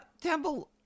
Temple